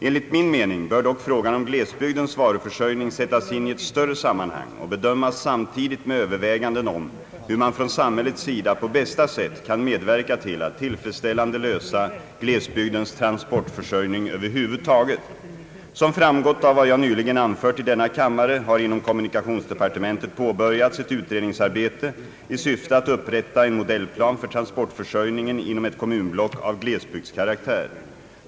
Enligt min mening bör dock frågan om glesbygdens varuförsörjning sättas in i ett större sammanhang och bedömas samtidigt med överväganden om hur man från samhällets sida på bästa sätt kan medverka till att tillfredsställande lösa glesbygdens transportförsörjning över huvud taget. Som framgått av vad jag nyligen anfört i denna kammare har inom kommunikationsdepartementet påbörjats ett utredningsarbete i syfte att upprätta en modellplan för transportförsörjningen inom ett kommunblock av glesbygdska raktär.